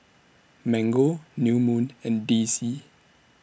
Mango New Moon and D C